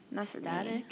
static